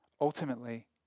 Ultimately